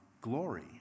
glory